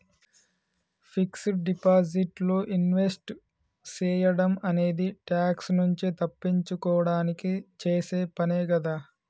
fixed deposit లో invest సేయడం అనేది ట్యాక్స్ నుంచి తప్పించుకోడానికి చేసే పనే కదా